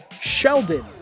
Sheldon